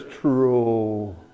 true